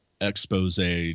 expose